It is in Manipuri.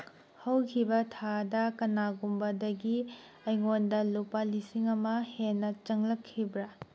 ꯍꯧꯈꯤꯕ ꯊꯥꯗ ꯀꯅꯥꯒꯨꯝꯕꯗꯒꯤ ꯑꯩꯉꯣꯟꯗ ꯂꯨꯄꯥ ꯂꯤꯁꯤꯡ ꯑꯃ ꯍꯦꯟꯅ ꯆꯪꯂꯛꯈꯤꯕ꯭ꯔꯥ